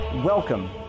Welcome